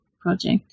project